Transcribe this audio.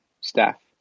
staff